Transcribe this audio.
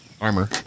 Armor